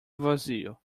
vazio